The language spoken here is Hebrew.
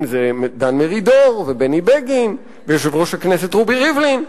אם זה דן מרידור ובני בגין ויושב-ראש הכנסת רובי ריבלין.